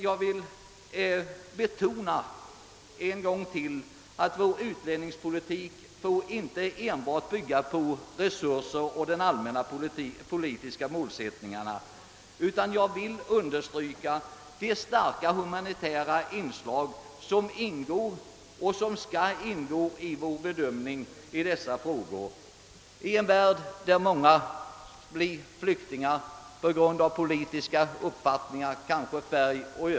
Jag vill än en gång betona att vår utlänningspolitik inte bara får bygga på resurser och allmänna politiska målsättningar. Ett starkt humanitärt inslag ingår och skall även i fortsättningen ingå i vår bedömning av dessa frågor. I en värld där många blir flyktingar på grund av politiska uppfattningar, hudfärg etc.